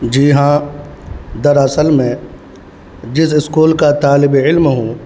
جی ہاں در اصل میں جس اسکول کا طالب علم ہوں